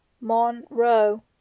Monroe